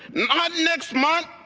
not next month.